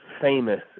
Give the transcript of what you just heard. famous